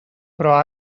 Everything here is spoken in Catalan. però